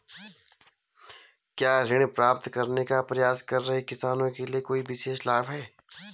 क्या ऋण प्राप्त करने का प्रयास कर रहे किसानों के लिए कोई विशेष लाभ हैं?